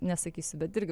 nesakysiu bet irgi